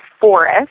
forest